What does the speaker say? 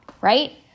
right